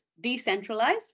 decentralized